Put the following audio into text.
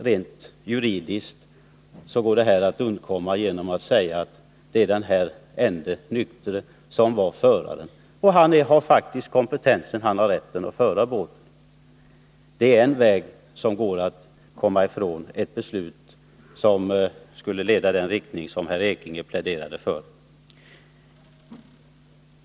Rent juridiskt har han faktiskt kompetensen, rätten, att föra båten. Det är en väg att kringgå ett sådant beslut som herr Ekinge pläderade för.